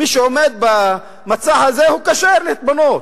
מי שעומד במצע הזה כשר להתמנות